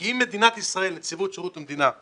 כי אם מדינת ישראל, נציבות שירות המדינה,